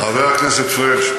חבר הכנסת פריג',